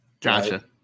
Gotcha